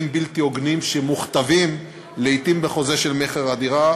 בלתי הוגנים שמוכתבים לעתים בחוזה של מכר הדירה,